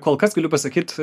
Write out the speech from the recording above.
kol kas galiu pasakyt